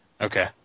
Okay